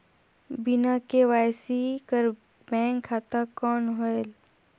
बिना के.वाई.सी कर बैंक खाता कौन होएल?